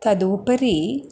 तदुपरि